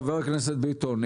חבר הכנסת ביטון,